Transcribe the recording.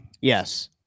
Yes